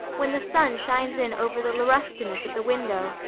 when the sun shines in over the laurustinus at the window,